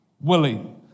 willing